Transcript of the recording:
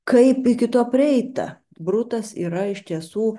kaip iki to prieita brutas yra iš tiesų